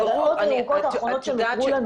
לריאות הירוקות האחרונות שנותרו לנו.